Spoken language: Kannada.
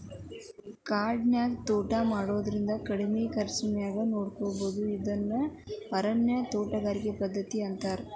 ಕಾಡಿನ್ಯಾಗ ತೋಟಾ ಮಾಡೋದ್ರಿಂದ ಕಡಿಮಿ ಖರ್ಚಾನ್ಯಾಗ ನೋಡ್ಕೋಬೋದು ಇದನ್ನ ಅರಣ್ಯ ತೋಟಗಾರಿಕೆ ಪದ್ಧತಿ ಅಂತಾರ